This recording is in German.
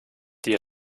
die